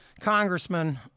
congressman